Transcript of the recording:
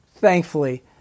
Thankfully